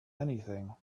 anything